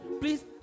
Please